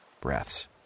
breaths